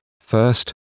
first